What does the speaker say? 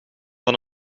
van